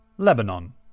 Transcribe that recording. Lebanon